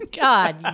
God